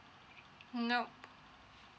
nope